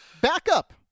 backup